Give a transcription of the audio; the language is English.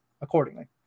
accordingly